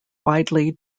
widely